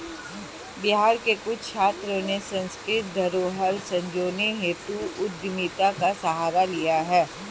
बिहार के कुछ छात्रों ने सांस्कृतिक धरोहर संजोने हेतु उद्यमिता का सहारा लिया है